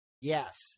Yes